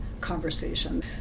conversation